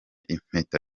impeta